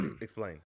Explain